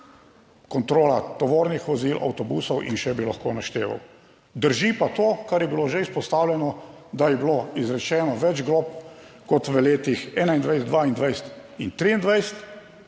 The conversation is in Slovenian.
kontrola tovornih vozil, avtobusov in še bi lahko našteval. Drži pa to, kar je bilo že izpostavljeno, da je bilo izrečeno več glob kot v letih 2021, 2022 in 2023